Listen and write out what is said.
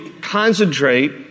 concentrate